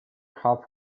half